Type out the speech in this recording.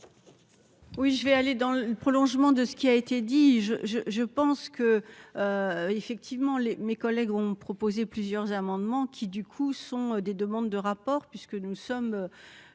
Oui, je vais aller dans le prolongement de ce qui a été dit je, je, je pense que effectivement les mes collègues ont proposé plusieurs amendements qui du coup sont des demandes de rapport, puisque nous sommes,